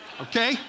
Okay